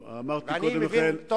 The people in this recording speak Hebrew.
ואני מבין טוב מאוד בעניינים האלה.